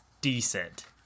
decent